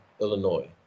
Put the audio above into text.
Illinois